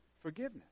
forgiveness